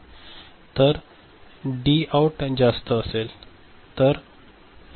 तर हे डी डाउट जास्त असेल